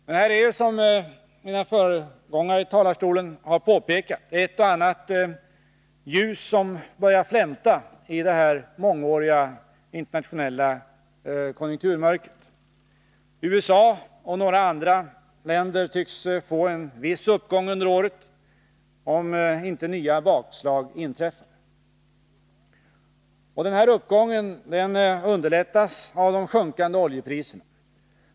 Det är, som mina företrädare i talarstolen har påpekat, ett och annat ljus som börjar flämta i det mångåriga internationella mörkret. USA och några andra länder tycks få en viss uppgång under året, om inte nya bakslag inträffar. Denna uppgång underlättas av de sjunkande oljepriserna.